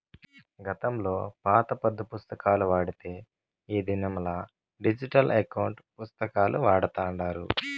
గతంలో పాత పద్దు పుస్తకాలు వాడితే ఈ దినంలా డిజిటల్ ఎకౌంటు పుస్తకాలు వాడతాండారు